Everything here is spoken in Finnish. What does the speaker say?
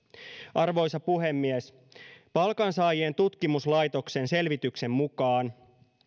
arvoisa puhemies palkansaajien tutkimuslaitoksen selvityksen mukaan